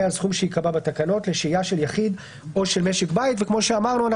על סכום שייקבע בתקנות לשהייה של יחיד או של משק בית; כמו שאמרנו,